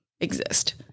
exist